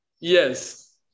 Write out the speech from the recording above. Yes